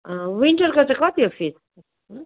विन्टरको चाहिँ कति हो फिस